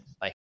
Bye